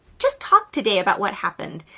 just talk today about what happened.